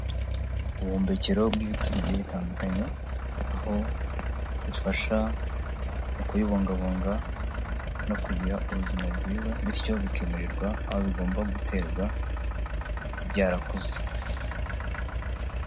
Ubuhumbikiro bw'ibiti bijye bitandukanye, aho bufasha mu kubungabunga no kugira ubuzima bwiza, bityo bikimurirwa aho bigomba guterwa byarakuze.